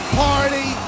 party